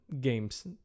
games